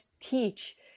teach